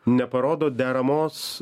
neparodo deramos